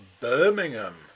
Birmingham